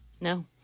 No